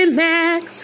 max